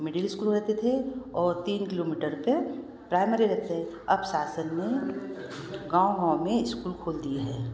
middle school रहते थे और तीन किलोमीटर पे प्राइमेरी रहते है अब शासन में गाँव गाँव में इस्कूल खोल दिए है